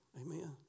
Amen